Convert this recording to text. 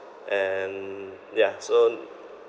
and yeah so